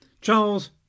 Charles